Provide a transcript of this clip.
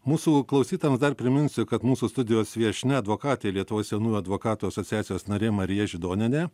mūsų klausytojams dar priminsiu kad mūsų studijos viešnia advokatė lietuvos jaunųjų advokatų asociacijos narė marija židonienė